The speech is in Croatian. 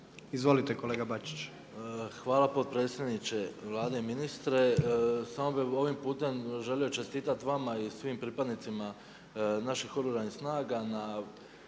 **Bačić, Ante (HDZ)** Hvala potpredsjedniče Vlade i ministre. Samo bih ovim putem želio čestitati vama i svim pripadnicima naših Oružanih snaga na